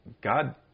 God